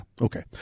Okay